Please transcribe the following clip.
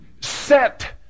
set